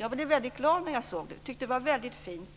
Jag blev väldigt glad när jag såg det och tyckte att det var fint.